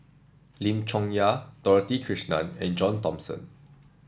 Lim Chong Yah Dorothy Krishnan and John Thomson